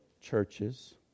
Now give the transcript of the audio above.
churches